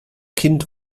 kind